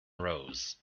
rose